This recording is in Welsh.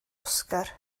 oscar